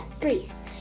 Greece